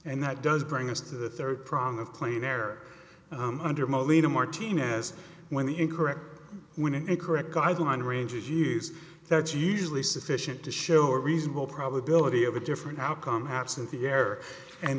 and that does bring us to the third prong of clean air under molino martinez when the incorrect when an incorrect guideline range is use that's usually sufficient to show a reasonable probability of a different outcome haps and the error and